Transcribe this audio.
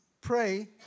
pray